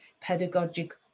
pedagogic